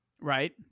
Right